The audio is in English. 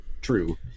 true